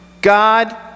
God